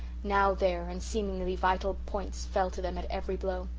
now there, and seemingly vital points fell to them at every blow.